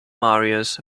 marius